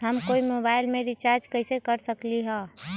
हम कोई मोबाईल में रिचार्ज कईसे कर सकली ह?